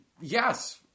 Yes